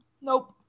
nope